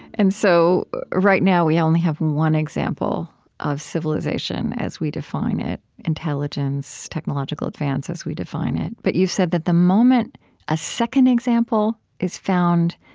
and so right now we only have one example of civilization as we define it intelligence, technological advances, we define it. but you've said that the moment a second example is found,